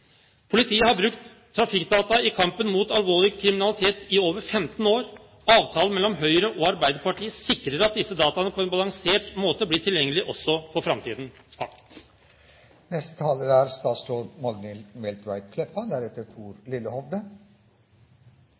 Politiet har brukt trafikkdata i kampen mot alvorlig kriminalitet i over 15 år. Avtalen mellom Høyre og Arbeiderpartiet sikrer at disse dataene på en balansert måte blir tilgjengelig også for framtiden.